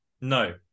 No